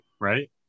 right